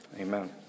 Amen